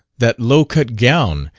that low-cut gown!